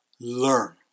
learn